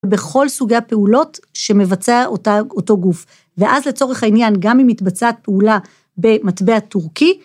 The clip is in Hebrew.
בכל סוגי הפעולות שמבצע אותו גוף, ואז לצורך העניין גם אם מתבצעת פעולה במטבע טורקי.